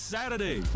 Saturday